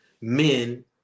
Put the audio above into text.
men